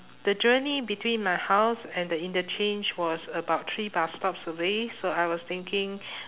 the journey between my house and the interchange was about three bus stops away so I was thinking